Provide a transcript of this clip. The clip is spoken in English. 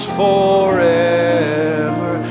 forever